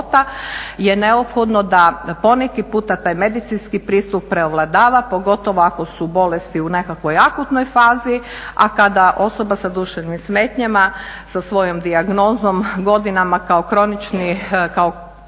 je neophodno da poneki puta taj medicinski pristup prevladava pogotovo ako su bolesti u nekakvoj akutnoj fazi. A kada osoba sa duševnim smetnjama sa svojom dijagnozom godinama kao sa kroničnom